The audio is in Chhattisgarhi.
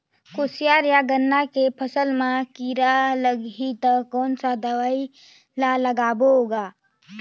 कोशियार या गन्ना के फसल मा कीरा लगही ता कौन सा दवाई ला लगाबो गा?